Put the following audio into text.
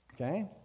Okay